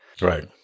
Right